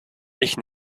ich